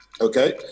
Okay